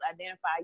identify